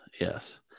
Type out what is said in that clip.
yes